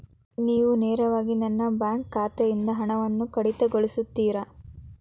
ನೀವು ನೇರವಾಗಿ ನನ್ನ ಬ್ಯಾಂಕ್ ಖಾತೆಯಿಂದ ಹಣವನ್ನು ಕಡಿತಗೊಳಿಸುತ್ತೀರಾ?